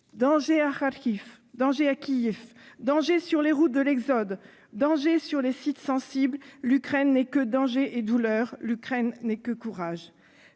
Danger à Kharkiv, danger à Kiev, danger sur les routes de l'exode, danger sur les sites sensibles : l'Ukraine n'est que danger et douleur. L'Ukraine n'est que courage.